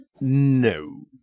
No